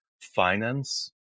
finance